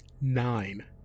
Nine